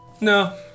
No